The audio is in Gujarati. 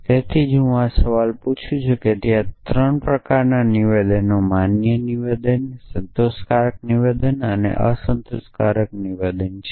તેથી જ હું આ સવાલ પૂછું છું ત્યાં 3 પ્રકારના નિવેદનો માન્ય નિવેદન સંતોષકારક નિવેદન અને અસંતોષકારક નિવેદન છે